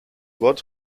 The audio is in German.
wort